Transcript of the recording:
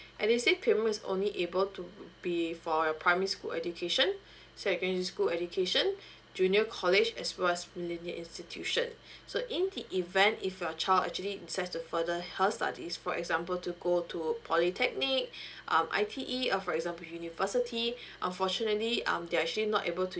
edusave payment is only able to be for your primary school education secondary school education junior college as well as millennial institution so in the event if your child actually decides to further her studies for example to go to polytechnic um I_T_E or for example university unfortunately um they're actually not able to